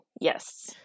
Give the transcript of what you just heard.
yes